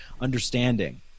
understanding